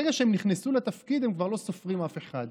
ברגע שהם נכנסו לתפקיד, הם כבר לא סופרים אף אחד.